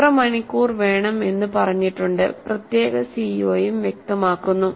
എത്ര മണിക്കൂർ വേണം എന്ന് പറഞ്ഞിട്ടുണ്ട്പ്രത്യേക CO യും വ്യക്തമാക്കുന്നു